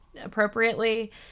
appropriately